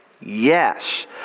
Yes